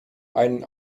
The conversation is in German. einen